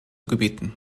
gebieten